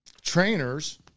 trainers